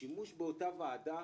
השימוש באותה ועדה